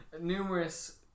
numerous